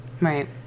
Right